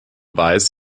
weiß